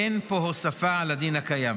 אין פה הוספה על הדין הקיים.